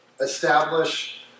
establish